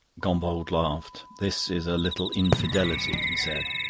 gombauld laughed. this is a little infidelity, he said.